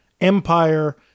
Empire